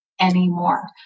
anymore